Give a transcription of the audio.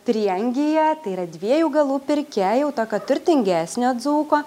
prieangyje tai yra dviejų galų pirkia jau tokio turtingesnio dzūko